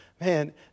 Man